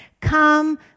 come